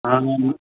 ہاں ہاں ہاں